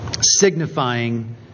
signifying